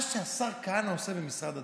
מה שהשר כהנא עושה במשרד הדתות,